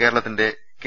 കേരളത്തിന്റെ ്കെ